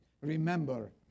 Remember